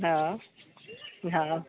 हँ हँ